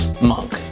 Monk